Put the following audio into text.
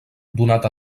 donat